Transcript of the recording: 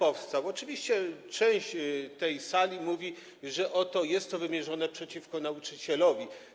Oczywiście, część tej sali mówi, że jest to wymierzone przeciwko nauczycielom.